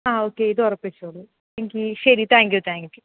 ആ ഓക്കെ ഇത് ഉറപ്പിച്ചോളൂ എങ്കിൽ ശരി താങ്ക് യു താങ്ക് യു